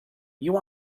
you